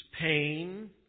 pain